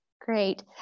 great